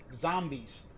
zombies